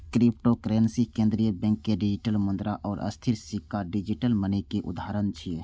cryptocurrency, केंद्रीय bank के digital मुद्रा आ स्थिर सिक्का डिजिटल मनी के उदाहरण छियै